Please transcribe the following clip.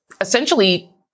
essentially